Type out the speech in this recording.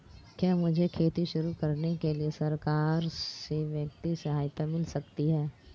क्या मुझे खेती शुरू करने के लिए सरकार से वित्तीय सहायता मिल सकती है?